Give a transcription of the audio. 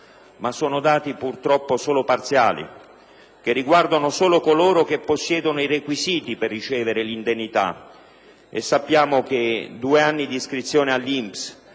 ma sono dati purtroppo solo parziali, che riguardano solo coloro che possiedono i requisiti per ricevere l'indennità. Sappiamo, infatti, che i due anni di iscrizione all'INPS